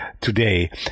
today